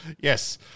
yes